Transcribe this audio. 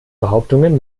behauptungen